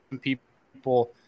people